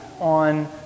on